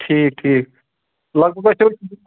ٹھیٖک ٹھیٖک لگبگ